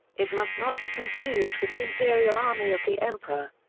it must not be confused with the imperial army of the emperor.